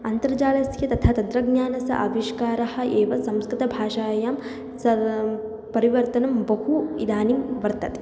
अन्तर्जालस्य तथा तन्त्रज्ञानस्य आविष्कारः एव संस्कृतभाषायां सर्वं परिवर्तनं बहु इदानीं वर्तते